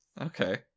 Okay